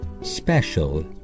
Special